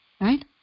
Right